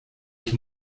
ich